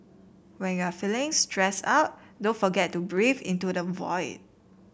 when you are feeling stressed out don't forget to breathe into the void